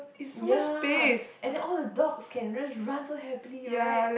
ya and then all the dogs can just run so happily right